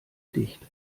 dicht